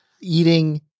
eating